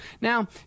Now